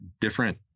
different